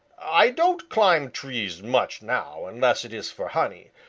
i don't climb trees much now unless it is for honey,